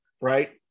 right